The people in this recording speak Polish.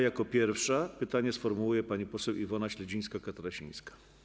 Jako pierwsza pytanie sformułuje pani poseł Iwona Śledzińska-Katarasińska.